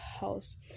house